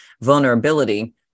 vulnerability